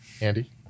Andy